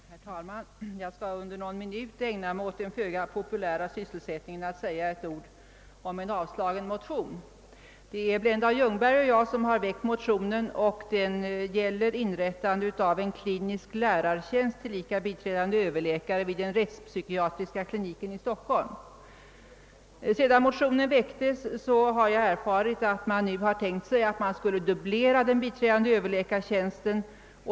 Herr talman! Jag skall under någon minut ägna mig åt den föga populära sysselsättningen att säga några ord om en avstyrkt motion. Blenda Ljungberg och jag har väckt en motion om inrättande av en klinisk lärartjänst, tillika biträdande överläkare vid den rättspsykiatriska kliniken i Stockholm. Sedan motionen väcktes har jag erfarit, att man nu tänkt sig att dubblera den biträdande överläkartjänsten.